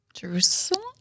Jerusalem